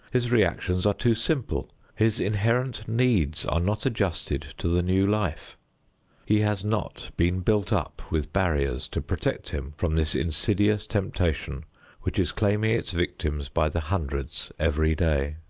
his reactions are too simple his inherent needs are not adjusted to the new life he has not been built up with barriers to protect him from this insidious temptation which is claiming its victims by the hundreds every day.